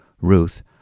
Ruth